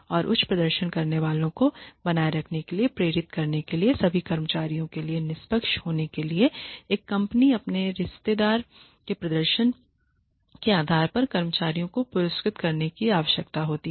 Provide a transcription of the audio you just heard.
और उच्च प्रदर्शन करने वालों को बनाए रखने और प्रेरित करने के लिए और सभी कर्मचारियों के लिए निष्पक्ष होने के लिए एक कंपनी को अपने रिश्तेदार के प्रदर्शन के आधार पर कर्मचारियों को पुरस्कृत करने की आवश्यकता होती है